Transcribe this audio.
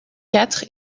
quatre